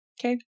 okay